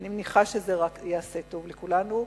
אני מניחה שזה רק יעשה טוב לכולנו.